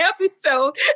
episode